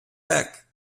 beck